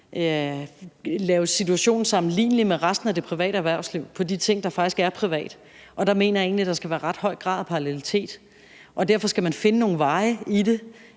lave situationen sammenlignelig med resten af det private erhvervsliv for de ting, der faktisk er privat? Der mener jeg egentlig, at der skal være en ret høj grad af parallelitet. Derfor skal man finde nogle veje. Jeg